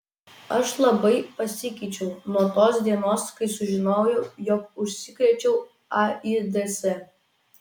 aš labai pasikeičiau nuo tos dienos kai sužinojau jog užsikrėčiau aids